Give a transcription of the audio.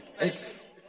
Yes